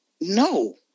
No